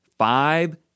Five